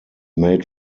made